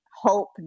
hope